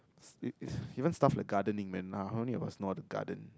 it it even stuff like gardening man how many of us know how to garden